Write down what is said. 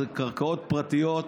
אלו קרקעות פרטיות,